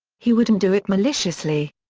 he wouldn't do it maliciously.